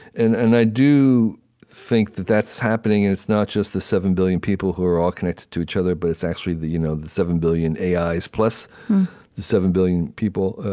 and and i do think that that's happening and it's not just the seven billion people who are all connected to each other, but it's actually the you know the seven billion ais plus the seven billion people,